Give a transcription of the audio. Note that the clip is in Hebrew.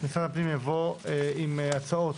משרד הפנים יבוא עם הצעות